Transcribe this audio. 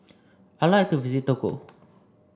I like to visit Togo